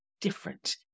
different